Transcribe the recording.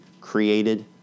created